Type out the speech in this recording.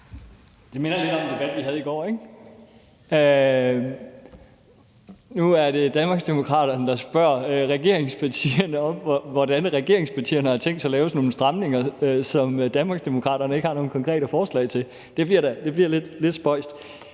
Det minder lidt om den debat, vi havde i går, ikke? Nu er det Danmarksdemokraterne, der spørger regeringspartierne om, hvordan regeringspartierne har tænkt sig at lave nogle stramninger, som Danmarksdemokraterne ikke har nogen konkrete forslag til. Det bliver lidt spøjst.